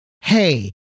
hey